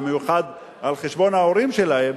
במיוחד על חשבון ההורים שלהם,